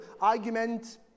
argument